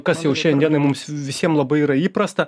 kas jau šiandienai mums visiem labai yra įprasta